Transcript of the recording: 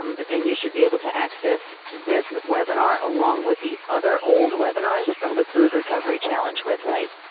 um but then you should be able to access this webinar, along with the other old webinars from the food recovery challenge website.